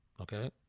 okay